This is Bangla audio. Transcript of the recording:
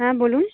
হ্যাঁ বলুন